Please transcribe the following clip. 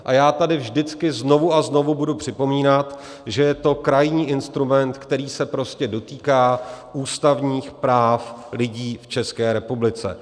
A já tady vždycky znovu a znovu budu připomínat, že je to krajní instrument, který se prostě dotýká ústavních práv lidí v České republice.